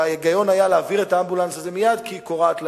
ההיגיון היה להעביר את האמבולנס הזה מייד כי היא כורעת ללדת.